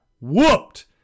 whooped